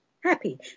Happy